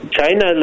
China